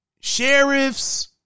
Sheriffs